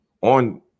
on